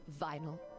vinyl